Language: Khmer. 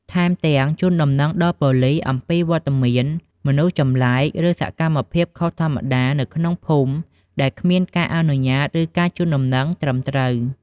ថែមទាំងជូនដំណឹងដល់ប៉ូលីសអំពីវត្តមានមនុស្សចម្លែក ឬសកម្មភាពខុសធម្មតានៅក្នុងភូមិដែលគ្មានការអនុញ្ញាត ឬការជូនដំណឹងត្រឹមត្រូវ។